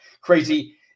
crazy